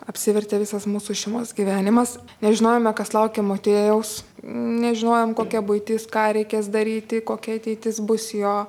apsivertė visas mūsų šeimos gyvenimas nežinojome kas laukia motiejaus nežinojome kokia buitis ką reikės daryti kokia ateitis bus jo